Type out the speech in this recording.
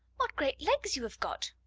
what great legs you have got!